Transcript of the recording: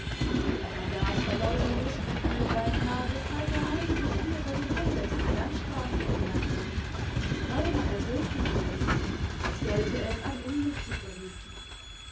er vergass vor lauter lustgefühl beinah weshalb er eigentlich hier bei dem unwetter die landstrasse entlang lief beinahe wirklich lief als gälte es ein unglück zu verhüten